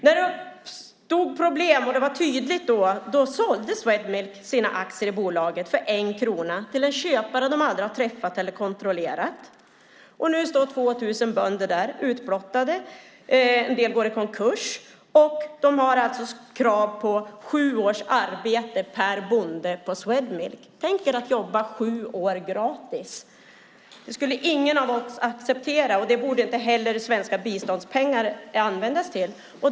När det var tydligt att det uppstått problem sålde Swedfund sina aktier i bolaget för 1 krona till en köpare som de aldrig träffat och kontrollerat. Nu står 2 000 bönder där, utblottade. En del går i konkurs. De har alltså krav på sju års arbete per bonde på Swedmilk. Tänk er att jobba sju år gratis! Det skulle ingen av oss acceptera, och det borde inte heller svenska biståndspengar användas till.